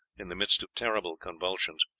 in the midst of terrible convulsions,